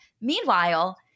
Meanwhile